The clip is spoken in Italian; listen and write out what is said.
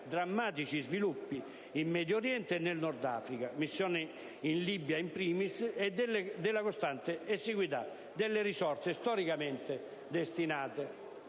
drammatici sviluppi in Medio Oriente e nel Nord Africa a partire dalla missione in Libia, e della costante esiguità delle risorse storicamente destinate